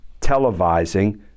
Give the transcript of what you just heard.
televising